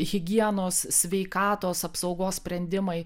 higienos sveikatos apsaugos sprendimai